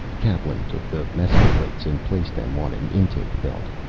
kaplan took the message plates and placed them on an intake belt.